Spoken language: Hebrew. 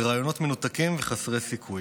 ברעיונות מנותקים וחסרי סיכוי.